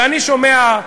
ואני שומע,